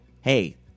hey